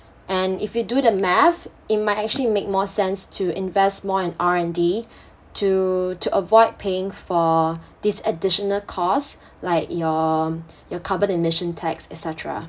and if you do the math it might actually make more sense to invest more in R_N_D to to avoid paying for this additional cost like your um your carbon emission tax et cetera